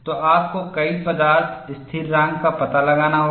तो आपको कई पदार्थ स्थिरांक का पता लगाना होगा